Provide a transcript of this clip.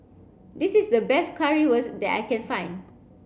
this is the best Currywurst that I can find